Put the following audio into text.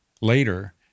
later